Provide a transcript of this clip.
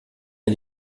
est